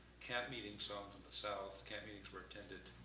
camp meeting songs of the south, camp meetings were attended,